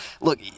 look